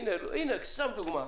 לדוגמה,